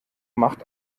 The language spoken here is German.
macht